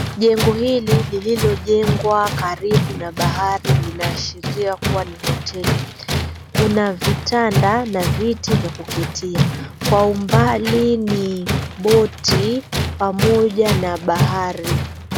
Jengo hili lililojengwa karibu na bahari linaashiria kuwa ni hoteli. Kuna vitanda na viti vya kuketia. Kwa umbali ni boti pamoja na bahari.